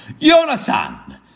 Yonasan